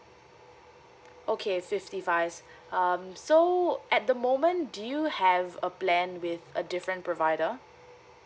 okay fifty five um so at the moment do you have a plan with a different provider